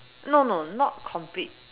no no not complete